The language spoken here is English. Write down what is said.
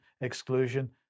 exclusion